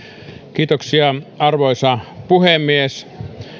kiitoksia arvoisa puhemies